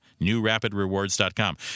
NewRapidRewards.com